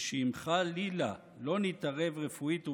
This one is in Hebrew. ושאם חלילה לא נתערב רפואית ומהר,